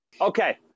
Okay